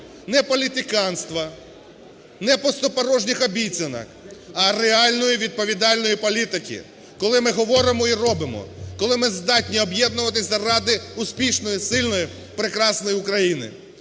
не політиканства, не пустопорожніх обіцянок, а реальної, відповідальної політики, коли ми говоримо і робимо, коли ми здатні об'єднуватися заради успішної, сильної, прекрасної України.